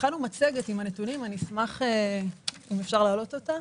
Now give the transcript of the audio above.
הכנו מצגת עם הנתונים ואני אשמח להציג אותה.